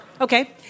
Okay